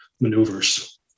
maneuvers